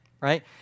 Right